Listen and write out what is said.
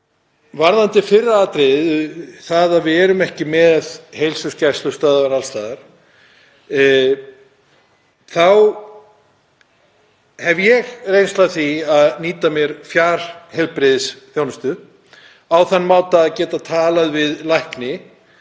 Varðandi fyrra atriðið, það að ekki eru heilsugæslustöðvar alls staðar, þá hef ég reynslu af því að nýta mér fjarheilbrigðisþjónustu á þann máta að geta talað við lækni